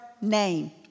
name